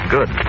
Good